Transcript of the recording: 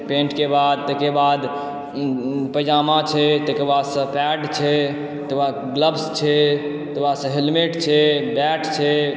pant के बाद तइके बाद पैजामा छै तइके बाद सऽ पैड छै तइके बाद ग्लब्स छै तइके बाद सऽ हेलमेट छै बैट छै